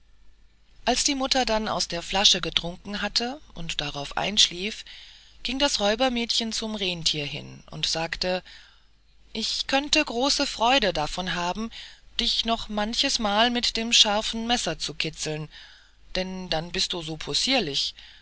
als die mutter dann aus der flasche getrunken hatte und darauf einschlief ging das räubermädchen zum renntier hin und sagte ich könnte große freude davon haben dich noch manchesmal mit dem scharfen messer zu kitzeln denn dann bist du so possierlich